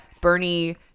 Bernie